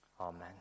amen